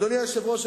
אדוני היושב-ראש,